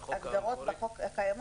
לעומת החוק המקורי?